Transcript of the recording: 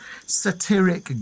satiric